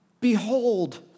behold